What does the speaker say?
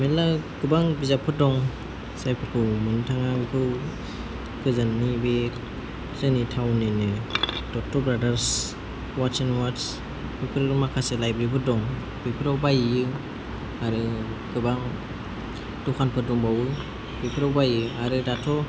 मेरला गोबां बिजाबफोर दं जायफोरखौ नोंथाङाबो गोजोननो बियो जोंनि टावननिनो Dutta brothers words and words बेफोराव माखासे लाइब्रेरिफोर दं बेफोराव बायहैयो आरो गोबां दखानफोर दंबावो बेफोराव बायो आरो दाथ'